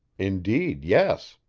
indeed, yes.